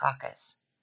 caucus